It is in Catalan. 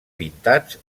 pintats